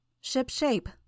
Ship-shape